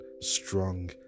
strong